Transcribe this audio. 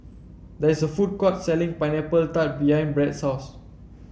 there is a food court selling Pineapple Tart behind Brad's house